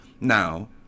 now